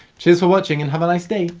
cheers for watching and have a nice day!